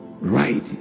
right